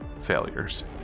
failures